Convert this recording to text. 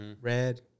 Red